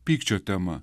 pykčio tema